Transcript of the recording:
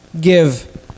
Give